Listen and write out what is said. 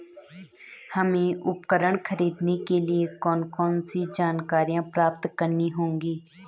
हमें उपकरण खरीदने के लिए कौन कौन सी जानकारियां प्राप्त करनी होगी?